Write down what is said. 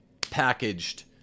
packaged